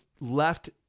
left